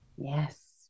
Yes